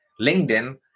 LinkedIn